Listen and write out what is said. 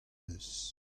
deus